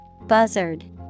Buzzard